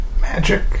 Magic